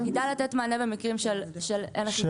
-- וידע לתת מענה במקרים של אין אכיפה.